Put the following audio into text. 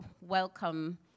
welcome